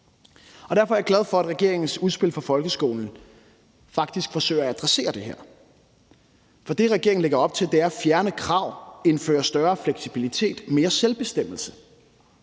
Derfor er jeg glad for, at regeringens udspil for folkeskolen faktisk forsøger at adressere det her. For det, regeringen lægger op til, er at fjerne krav og indføre større fleksibilitet og mere selvbestemmelse.